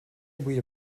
بوی